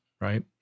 right